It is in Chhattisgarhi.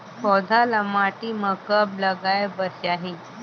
पौधा ल माटी म कब लगाए बर चाही?